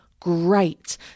great